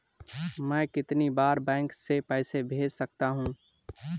मैं कितनी बार बैंक से पैसे भेज सकता हूँ?